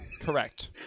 correct